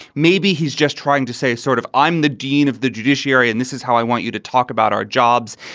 maybe he's just trying to say sort of, i'm the dean of the judiciary and this is how i want you to talk about our jobs.